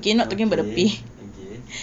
okay okay